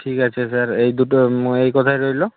ঠিক আছে স্যার এই দুটো এই কথাই রইল